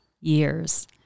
years